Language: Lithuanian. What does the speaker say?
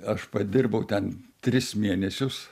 aš padirbau ten tris mėnesius